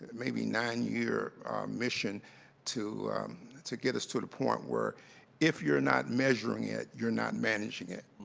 maybe nine-year mission to to get us to the point where if you're not measuring it you're not managing it.